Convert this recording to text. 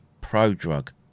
pro-drug